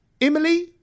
Emily